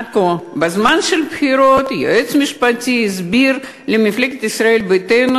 בזמן הבחירות היועץ המשפטי הסביר למפלגת ישראל ביתנו